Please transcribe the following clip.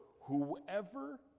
whoever